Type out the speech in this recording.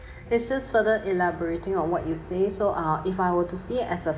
this is further elaborating on what you say so uh if I were to see it as a